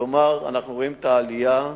כלומר, אנחנו רואים עלייה.